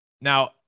Now